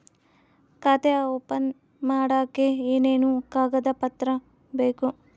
ಖಾತೆ ಓಪನ್ ಮಾಡಕ್ಕೆ ಏನೇನು ಕಾಗದ ಪತ್ರ ಬೇಕು?